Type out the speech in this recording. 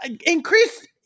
increase